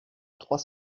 trois